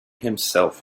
himself